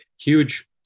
huge